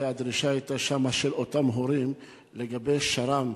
היתה שם דרישה של אותם הורים לגבי שר"מ,